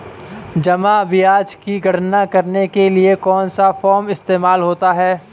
जमा ब्याज की गणना करने के लिए कौनसा फॉर्मूला इस्तेमाल होता है?